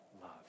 love